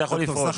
אתה יכול לפרוש.